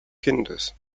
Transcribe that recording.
kindes